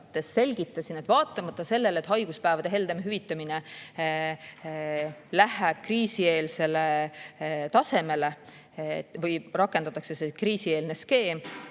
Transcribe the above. selgitasin. Vaatamata sellele, et haiguspäevade hüvitamine läheb kriisieelsele tasemele või rakendatakse selline kriisieelne skeem,